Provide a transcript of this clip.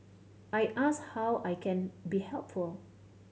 I ask how I can be helpful